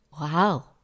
wow